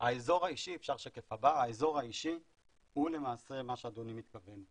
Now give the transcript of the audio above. האזור האישי הוא למעשה מה שאדוני מתכוון,